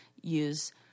use